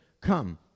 come